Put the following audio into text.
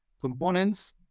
components